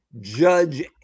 Judge